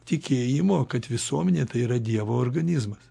tikėjimo kad visuomenė tai yra dievo organizmas